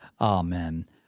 Amen